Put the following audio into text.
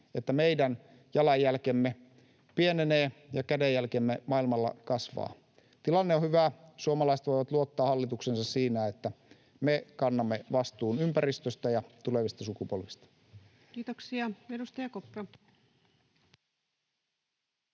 että meidän jalanjälkemme pienenee ja kädenjälkemme maailmalla kasvaa. Tilanne on hyvä. Suomalaiset voivat luottaa hallitukseensa siinä, että me kannamme vastuun ympäristöstä ja tulevista sukupolvista. [Speech 358] Speaker: